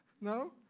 No